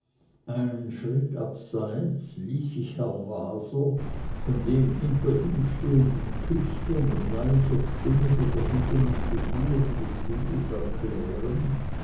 einen schritt abseits ließ sich herr waser von dem hinter ihm stehenden küster mit leiser stimme die verschiedenen figuren des bildes erklären